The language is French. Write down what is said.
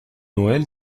noël